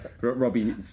Robbie